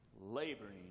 laboring